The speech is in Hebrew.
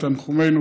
את תנחומינו